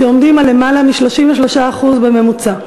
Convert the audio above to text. שעומדים על למעלה מ-33% בממוצע.